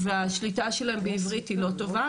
והשליטה שלהם בעברית היא לא טובה.